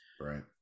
right